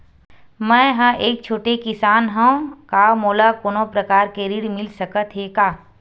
मै ह एक छोटे किसान हंव का मोला कोनो प्रकार के ऋण मिल सकत हे का?